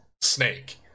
snake